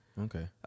Okay